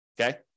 okay